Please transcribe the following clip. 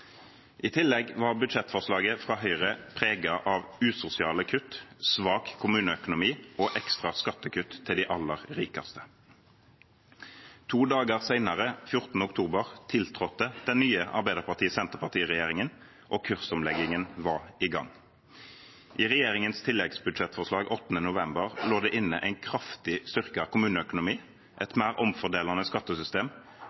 I tillegg var budsjettforslaget fra Høyre preget av usosiale kutt, svak kommuneøkonomi og ekstra skattekutt til de aller rikeste. To dager senere, 14. oktober, tiltrådte den nye Arbeiderparti–Senterparti-regjeringen, og kursomleggingen var i gang. I regjeringens tilleggsbudsjettforslag 8. november lå det inne en kraftig styrket kommuneøkonomi,